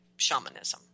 shamanism